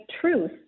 truth